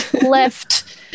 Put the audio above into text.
left